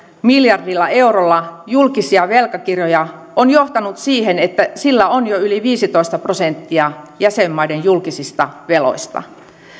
miljardilla eurolla julkisia velkakirjoja on johtanut siihen että sillä on jo yli viisitoista prosenttia jäsenmaiden julkisista veloista